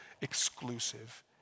exclusive